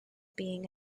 being